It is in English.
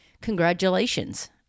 congratulations